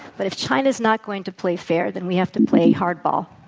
but if china's not going to play fair, then we have to play hardball.